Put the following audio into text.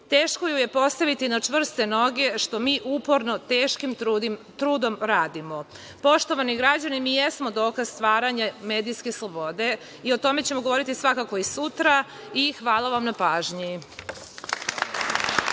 teško je postaviti na čvrste noge, što mi uporno teškim trudom radimo. Poštovani građani mi jesmo dokaz stvaranja medijske slobode i o tome ćemo govoriti svakako i sutra i hvala vam na pažnji.